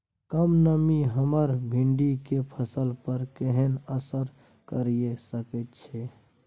कम नमी हमर भिंडी के फसल पर केहन असर करिये सकेत छै?